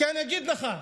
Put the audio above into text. כי אני אגיד לך,